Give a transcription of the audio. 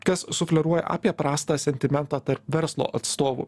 kas sufleruoja apie prastą sentimentą tarp verslo atstovų